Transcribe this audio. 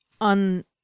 On